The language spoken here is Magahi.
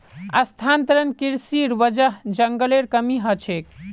स्थानांतरण कृशिर वजह जंगलेर कमी ह छेक